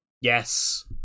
Yes